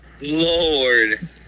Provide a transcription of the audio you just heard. Lord